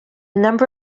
number